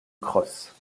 crosse